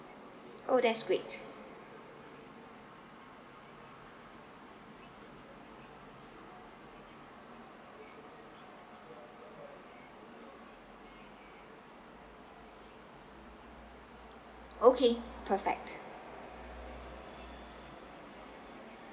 oh that's great okay perfect